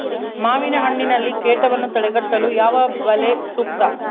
ಮಾವಿನಹಣ್ಣಿನಲ್ಲಿ ಕೇಟವನ್ನು ತಡೆಗಟ್ಟಲು ಯಾವ ಬಲೆ ಸೂಕ್ತ?